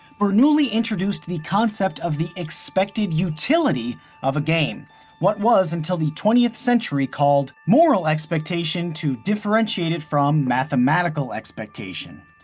bernoulli introduced the concept of the expected utility of a game what was, until the twentieth century, called moral expectation to differentiate it from mathematical expectation.